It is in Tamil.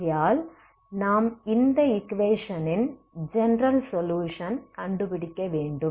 ஆகையால் நாம் இந்த ஈக்வேஷனின் ஜெனரல் சொலுயுஷன் கண்டுபிடிக்க வேண்டும்